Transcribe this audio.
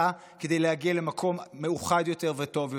כדי להגיע למקום מאוחד יותר וטוב יותר.